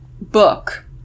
book